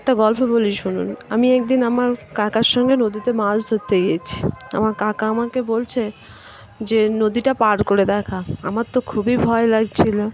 একটা গল্প বলি শুনুন আমি একদিন আমার কাকার সঙ্গে নদীতে মাছ ধরতে গিয়েছি আমার কাকা আমাকে বলছে যে নদীটা পার করে দেখা আমার তো খুবই ভয় লাগছিল